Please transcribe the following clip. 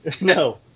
No